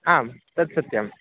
आं तद् सत्यं